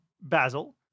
basil